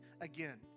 again